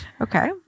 okay